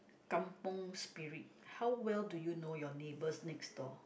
kampung spirit how well do you know your neighbours next door